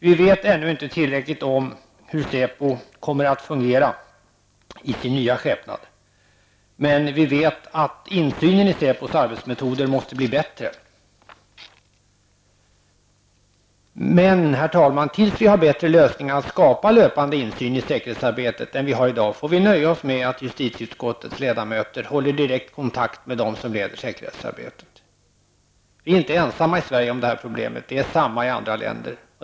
Vi vet ännu inte tillräckligt mycket om hur SÄPO kommer att fungera i sin nya skepnad. Däremot vet vi att insynen i SÄPOs arbetsmetoder måste bli bättre. Tills vi har fått fram bättre lösningar när det gäller att skapa löpande insyn i säkerhetsarbetet får vi nöja oss med att justitieutskottets ledamöter håller direktkontakt med dem som leder säkerhetsarbetet. Vi i Sverige är inte ensamma om detta problem; det finns också i andra länder.